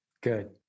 Good